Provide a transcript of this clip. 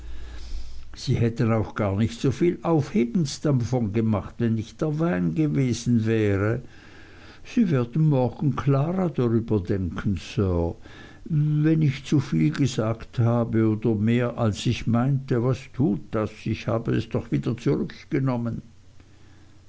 sie hätten auch gar nicht so viel aufhebens davon gemacht wenn nicht der wein gewesen wäre sie werden morgen klarer drüber denken sir wenn ich zuviel gesagt habe oder mehr als ich meinte was tut das ich habe es doch wieder zurückgenommen